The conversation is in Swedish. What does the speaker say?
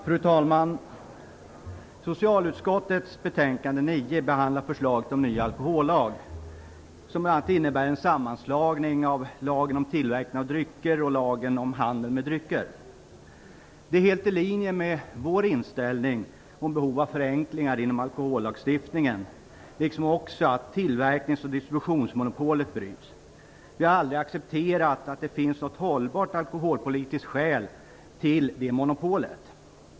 Fru talman! Socialutskottets betänkande 9 behandlar förslaget till ny alkohollag, som bl.a. innebär en sammanslagning av lagen om tillverkning av drycker och lagen om handel med drycker. Det är helt i linje med vår inställning till behovet av förenklingar inom alkohollagstiftningen liksom också till att tillverknings och distributionsmonopolet bryts. Vi har aldrig accepterat att det finns något hållbart alkoholpolitiskt skäl till det monopolet.